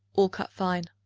all cut fine